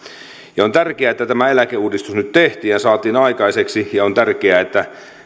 huolen on tärkeää että tämä eläkeuudistus nyt tehtiin ja saatiin aikaiseksi ja on tärkeää että